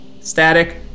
Static